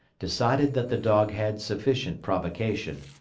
decided that the dog had sufficient provocation,